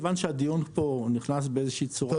מכיוון שהדיון פה נכנס באיזה שהיא צורה --- אתה